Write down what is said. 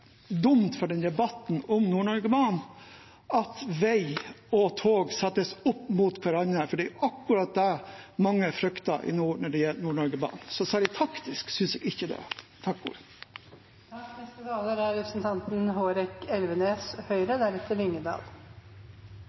dumt for debatten om Nord-Norge-banen at vei og tog settes opp mot hverandre, for det er akkurat det mange frykter i nord når det gjelder Nord-Norge-banen. Så særlig taktisk synes jeg ikke det